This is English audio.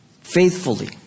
faithfully